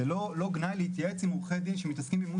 זה לא גנאי להתייעץ עם עורכי דין שמתעסקים במימוש